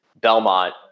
Belmont